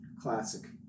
Classic